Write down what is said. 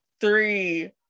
three